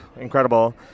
incredible